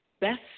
best